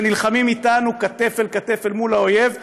ונלחמים איתנו כתף אל כתף אל מול האויב,